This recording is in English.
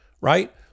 right